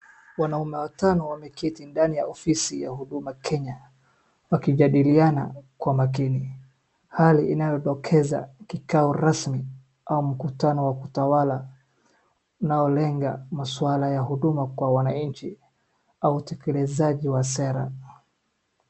Wanaume watano wameketi ndani ya ofisi ya Huduma Kenya wakijadiliana kwa makini. Hali inayodokeza kikao rasmi au mkutano wa kutawala unaolenga maswala ya huduma kwa wananchi au utekelezaji wa sera.